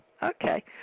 Okay